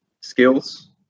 skills